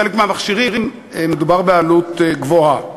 בחלק מהמכשירים מדובר בעלות גבוהה.